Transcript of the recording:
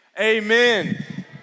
amen